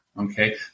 Okay